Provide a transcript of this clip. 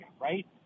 right